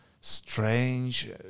strange